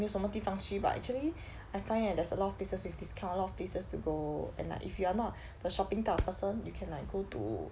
没有什么地方去 but actually I find that there's a lot of places with discount a lot of places to go then like if you are not the shopping type of person you can like go to